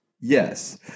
Yes